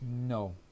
No